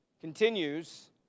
continues